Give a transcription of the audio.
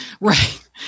Right